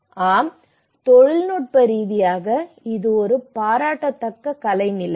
ஆம் தொழில்நுட்ப ரீதியாக இது ஒரு பாராட்டத்தக்க கலை நிலை